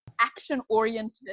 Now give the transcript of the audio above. Action-oriented